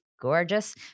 gorgeous